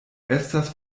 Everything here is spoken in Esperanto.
estas